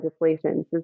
legislation